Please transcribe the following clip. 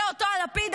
זה אותו הלפיד,